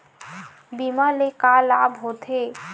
बीमा ले का लाभ होथे?